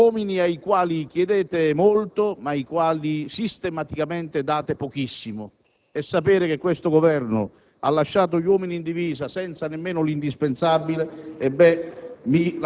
uomini ai quali chiedete molto, ma ai quali sistematicamente date pochissimo. Sapere che questo Governo ha lasciato gli uomini in divisa senza nemmeno l'indispensabile, mi